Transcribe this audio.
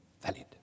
valid